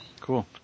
Cool